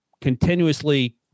continuously